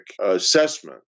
assessment